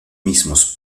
mismos